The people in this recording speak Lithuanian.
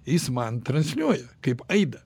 jis man transliuoja kaip aidą